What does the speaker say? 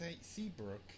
Seabrook